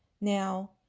Now